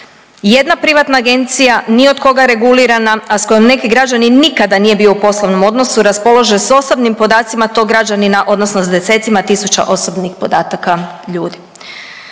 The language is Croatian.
Jedna privatna agencija ni od koga regulirana, a s kojom neki građanin nikada nije bio u poslovnom odnosu raspolaže s osobnim podacima tog građanina, odnosno s desecima tisuća osobnih podataka ljudi.